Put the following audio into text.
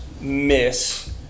miss